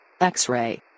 x-ray